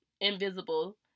invisible